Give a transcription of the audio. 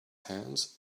hands